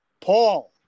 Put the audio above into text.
Paul